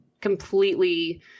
completely